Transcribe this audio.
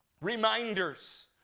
Reminders